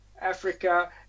Africa